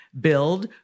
Build